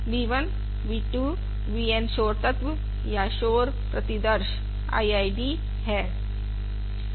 v 1 v 2 v N शोर तत्व या शोर प्रतिदर्श IID हैं